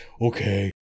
okay